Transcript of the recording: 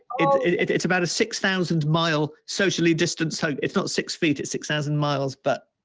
it's it's about a six thousand mile socially distanced hug, it's not six feet, it's six thousand miles but